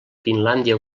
finlàndia